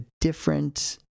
different